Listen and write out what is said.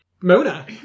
Mona